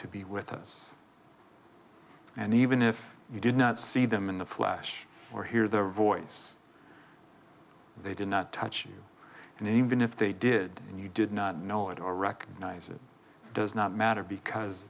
to be with us and even if you did not see them in the flesh or hear their voice they did not touch you and even if they did and you did not know it or recognize it does not matter because